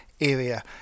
area